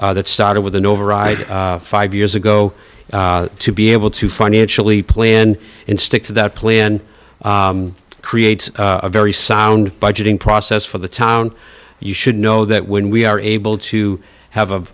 that started with an override five years ago to be able to financially plan and stick to that plan creates a very sound budgeting process for the town you should know that when we are able to have